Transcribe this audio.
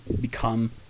become